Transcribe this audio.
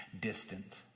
distant